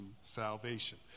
salvation